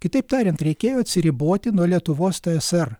kitaip tariant reikėjo atsiriboti nuo lietuvos tsr